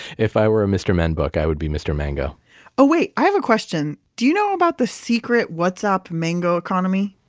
if i were a mister men book, i would be mr. mango oh, wait, i have a question. do you know about the secret whatsapp mango economy?